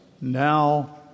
now